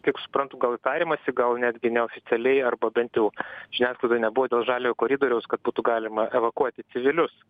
kiek suprantu gal ir tariamasi gal netgi neoficialiai arba bent jau žiniasklaidoj nebuvo dėl žaliojo koridoriaus kad būtų galima evakuoti civilius